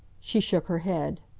she shook her head.